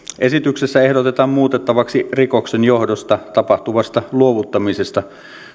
esityksessä ehdotetaan muutettavaksi rikoksen johdosta tapahtuvasta luovuttamisesta